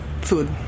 food